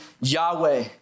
Yahweh